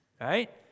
right